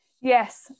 yes